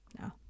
no